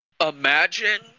imagine